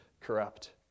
corrupt